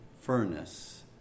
furnace